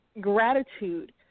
gratitude